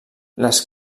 les